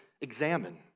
examine